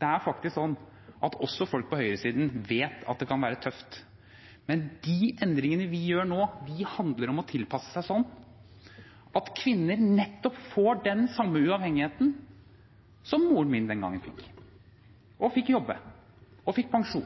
Det er faktisk slik at også folk på høyresiden vet at det kan være tøft, men de endringene vi gjør nå, handler om å tilpasse seg slik at kvinner får nettopp den samme uavhengigheten som moren min fikk den gangen, som fikk jobbe og fikk